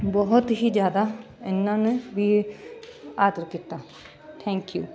ਬਹੁਤ ਹੀ ਜ਼ਿਆਦਾ ਇਹਨਾਂ ਨੇ ਵੀ ਆਦਰ ਕੀਤਾ ਥੈਂਕ ਯੂ